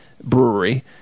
brewery